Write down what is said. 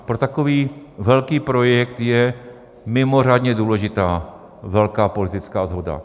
Pro takový velký projekt je mimořádně důležitá velká politická shoda.